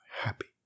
happy